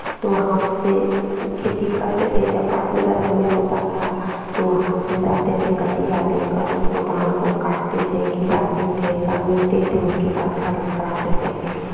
तो हाथ से खेती करते थे जब काटने का समय होता था तो हाथ से जाते थे कचिया लेकर उसको धान को काटते थे गिराते थे समेटते थे उसके बाद घर लेकर आते थे